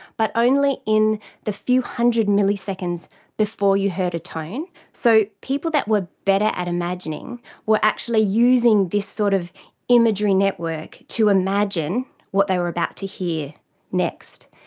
but only in the few hundred milliseconds before you heard a tone. so people that were better at imagining were actually using this sort of imagery network to imagine what they were about to hear next.